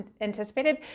anticipated